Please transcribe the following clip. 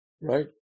Right